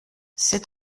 c’est